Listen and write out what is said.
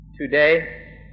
Today